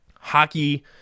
hockey